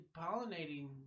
pollinating